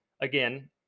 Again